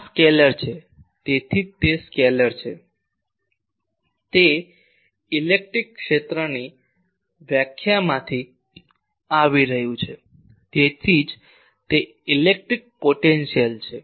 આ સ્કેલેર છે તેથી જ તે સ્કેલેર છે તે ઇલેક્ટ્રિક ક્ષેત્રની વ્યાખ્યામાંથી આવી રહ્યું છે તેથી જ તે ઇલેક્ટ્રિક પોટેન્શિયલ છે